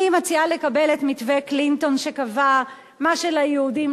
אני מציעה לקבל את מתווה קלינטון שקבע: מה שליהודים,